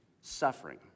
suffering